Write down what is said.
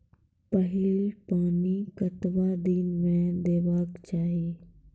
पहिल पानि कतबा दिनो म देबाक चाही?